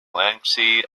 lengthy